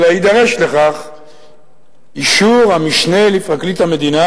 אלא יידרש לכך אישור המשנה לפרקליט המדינה,